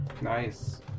Nice